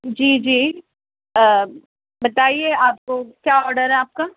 جی جی بتائیے آپ کو کیا آڈر ہے آپ کا